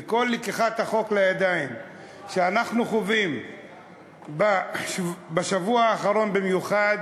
וכל לקיחת החוק לידיים שאנחנו חווים בשבוע האחרון במיוחד,